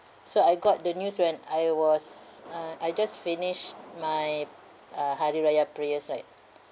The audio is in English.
so I got the news when I was uh I just finished my uh hari raya prayers right